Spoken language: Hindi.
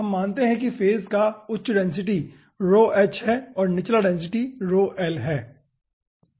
हम मानते हैं कि फेज का उच्च डेंसिटी है और निचला डेंसिटी है